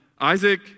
Isaac